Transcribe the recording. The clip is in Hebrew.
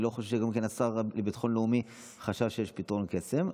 אני לא חושב שגם השר לביטחון לאומי חשב שיש פתרונות קסם.